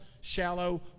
shallow